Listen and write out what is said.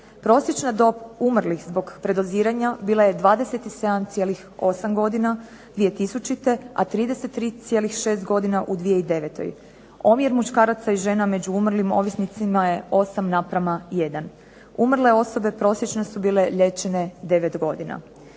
Prosječna dob umrlih zbog predoziranja bila je 27,8 godina 2000. a 33,6 godina u 2009. Omjer muškaraca i žena među umrlim ovisnicima je 8:1. Umrle osobe prosječno su bile liječene 9 godina.